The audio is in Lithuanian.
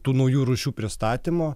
tų naujų rūšių pristatymo